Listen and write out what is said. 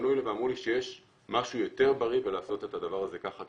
ואמרו לי שיש משהו יותר בריא בלעשות את הדבר הזה ככה.